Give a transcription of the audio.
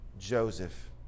Joseph